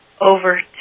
over